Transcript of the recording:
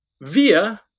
via